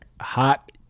hot